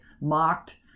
mocked